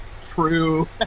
true